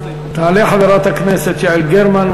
תעלה חברת הכנסת יעל גרמן,